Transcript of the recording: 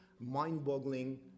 mind-boggling